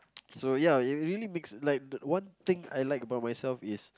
so ya it really makes like one thing I like about myself is